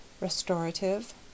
restorative